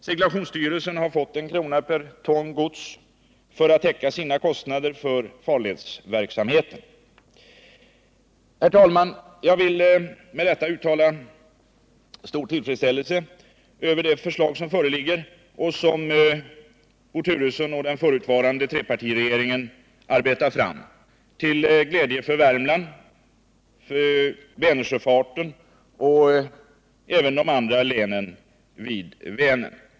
Seglationsstyrelsen har hittills fått en krona per ton gods för att täcka sina kostnader för farledsverksamheten. Herr talman! Jag vill med detta uttala stor tillfredsställelse över det förslag som föreligger och som Bo Turesson och den förutvarande trepartiregeringen arbetat fram till glädje för Värmland och Vänersjöfarten samt även de andra länen vid Vänern.